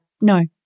No